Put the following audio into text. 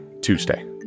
Tuesday